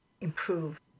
improve